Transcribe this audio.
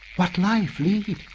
what life lead?